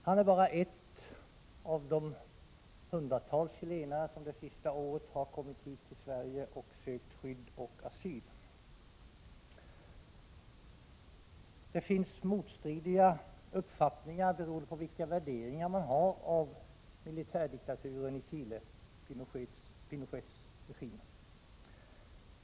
Han är bara en av de hundratals chilenare som det senaste året har kommit hit till Sverige och sökt skydd och asyl. Beroende på vilka värderingar man har finns det motstridiga uppfattningar om militärdiktaturen i Chile, dvs. Pinochets regim.